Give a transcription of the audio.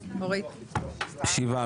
שבעה.